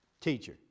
teacher